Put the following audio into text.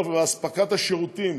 ואספקת השירותים